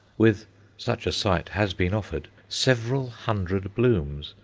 with such a sight has been offered several hundred blooms,